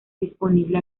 disponible